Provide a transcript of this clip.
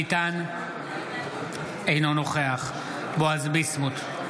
אינו נוכח בועז ביסמוט,